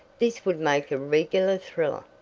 this would make a regular thriller!